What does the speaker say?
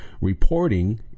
reporting